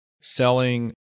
selling